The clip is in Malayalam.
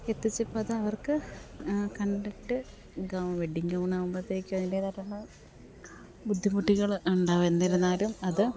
എത്തിച്ചപ്പോൾ അത് അവര്ക്ക് കണ്ടിട്ട് വെഡിംഗ് ഗൗൺ ആവുമ്പത്തേക്കും അതിന്റെതായിട്ടുള്ള ബുദ്ധിമുട്ടികൾ ഉണ്ടാവും എന്നിരുന്നാലും അത്